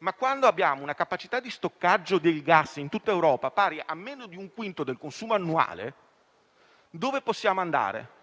Ma, quando abbiamo una capacità di stoccaggio del gas in tutta Europa pari a meno di un quinto del consumo annuale, dove possiamo andare?